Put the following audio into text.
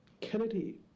Kennedy